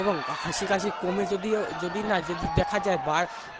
এবং হাঁচি কাশি কমে যদিও যদি না যদি দেখা যায়